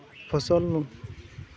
ᱯᱷᱚᱥᱚᱞ